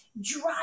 drive